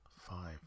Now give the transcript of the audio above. five